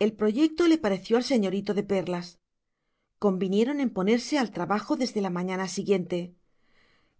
el proyecto le pareció al señorito de perlas convinieron en ponerse al trabajo desde la mañana siguiente